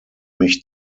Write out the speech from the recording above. mich